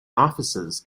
offices